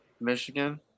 Michigan